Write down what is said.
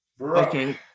Okay